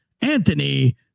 Anthony